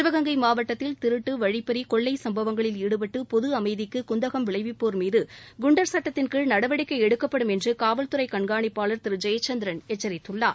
சிவகங்கை மாவட்டத்தில் திருட்டு வழிப்பறி கொள்ளை சம்பவங்களில் ஈடுபட்டு பொது அமைதிக்கு குந்தகம் விளைவிப்போர் மீது குண்டர் சுட்டத்தின்கீழ் நடவடிக்கை எடுக்கப்படும் என்று காவல்துறை கண்காணிப்பாளர் திரு ஜெயச்சந்திரன் எச்சரித்துள்ளார்